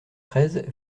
treize